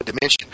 dimension